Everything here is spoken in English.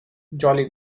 jolly